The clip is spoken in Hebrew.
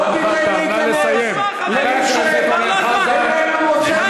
לא תיתן להיכנס למי שאיננו מוצא חן בעינינו.